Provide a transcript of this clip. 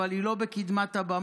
אבל היא לא בקדמת הבמה,